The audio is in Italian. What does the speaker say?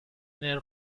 nel